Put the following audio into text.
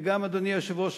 גם אדוני היושב-ראש,